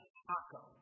taco